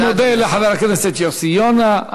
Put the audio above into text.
אני מודה לחבר הכנסת יוסי יונה.